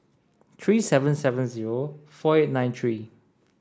three seven seven zero four eight nine three